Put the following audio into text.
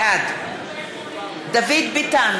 בעד דוד ביטן,